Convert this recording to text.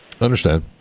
understand